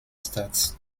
statt